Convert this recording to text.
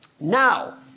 Now